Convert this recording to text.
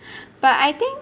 but I think